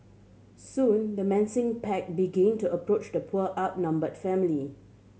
soon the menacing pack began to approach the poor outnumbered family